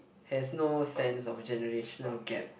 has no sense of generational gap